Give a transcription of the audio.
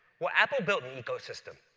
well, apple built an ecosystem.